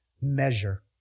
measure